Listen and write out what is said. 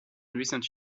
recent